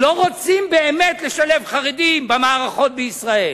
לא רוצים באמת לשלב חרדים במערכות בישראל,